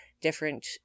different